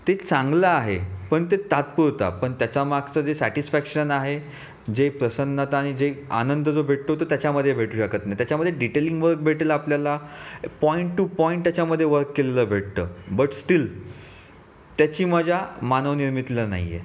ते चांगलं आहे पण ते तात्पुरता पण त्याच्यामागचं जे सॅटिस्फॅक्शन आहे जे प्रसन्नता आणि जे आनंद जो भेटतो तो त्याच्यामध्ये भेटू शकत नाही त्याच्यामध्ये डिटेलिंग वर्क भेटेल आपल्याला पॉईंट टू पॉईंट त्याच्यामध्ये वर्क केलेलं भेटतं बट स्टील त्याची मजा मानवनिर्मितीला नाही आहे